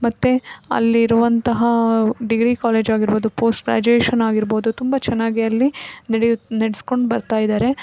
ಮತ್ತು ಅಲ್ಲಿರುವಂತಹ degree college ಆಗಿರ್ಬೋದು ಪೋಸ್ಟ್ ಗ್ರಾಜುಯೇಷನ್ ಆಗಿರ್ಬೋದು ತುಂಬ ಚೆನ್ನಾಗಿ ಅಲ್ಲಿ ನಡೆಯುತ್ತೆ ನಡ್ಸ್ಕೊಂಡು ಬರ್ತಾ ಇದ್ದಾರೆ